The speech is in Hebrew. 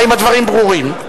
האם הדברים ברורים?